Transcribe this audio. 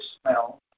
smell